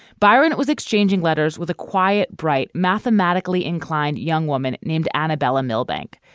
byron was exchanging letters with a quiet, bright, mathematically inclined young woman named anabella milbank.